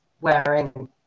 wearing